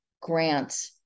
grant